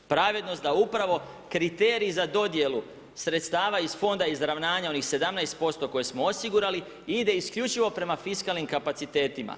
Pravednost da upravo kriterij za dodjelu sredstava iz fonda izravnanja onih 17% koje smo osigurali ide isključivo prema fiskalnim kapacitetima.